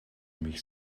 mich